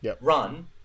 run